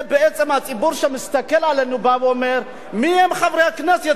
זה בעצם הציבור שמסתכל עלינו ואומר: מי הם חברי הכנסת,